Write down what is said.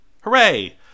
Hooray